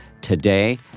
today